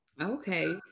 Okay